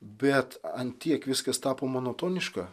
bet ant tiek viskas tapo monotoniška